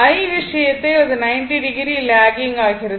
I விஷயத்தில் அது 90o logging ஆகிறது